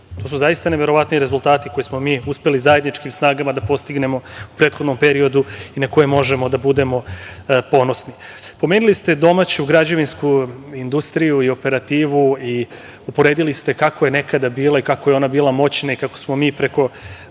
To su zaista neverovatni rezultati koji smo mi uspeli zajedničkim snagama da postignemo u prethodnom periodu i na koje možemo da budemo ponosni. Pomenuli ste domaću građevinsku industriju, operativu i uporedili ste kako je nekada bila i kako je ona bila moćna, kako smo mi preko